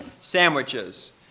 sandwiches